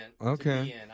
Okay